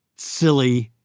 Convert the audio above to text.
silly,